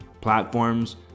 platforms